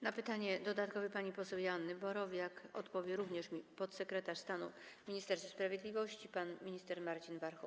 Na pytanie dodatkowe pani poseł Joanny Borowiak odpowie również podsekretarz stanu w Ministerstwie Sprawiedliwości pan minister Marcin Warchoł.